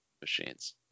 machines